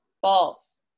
False